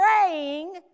praying